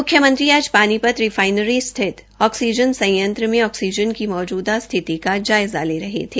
मुख्यमंत्री आज पानीपत रिफाईनरी स्थित ऑक्सीजन संयंत्र में ऑक्सीजन की मौजूदा स्थिति का जायजा ले रहे थे